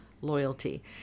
loyalty